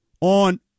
on